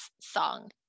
song